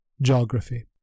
geography